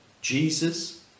Jesus